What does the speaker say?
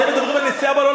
אתם מדברים על נשיאה בעול,